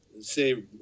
say